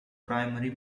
primary